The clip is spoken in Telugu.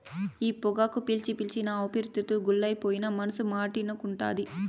ఈ పొగాకు పీల్చి పీల్చి నా ఊపిరితిత్తులు గుల్లైపోయినా మనసు మాటినకుంటాంది